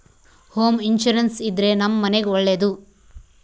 home insurance ಇದ್ರೆ ನಮ್ ಮನೆಗ್ ಒಳ್ಳೇದು